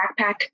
backpack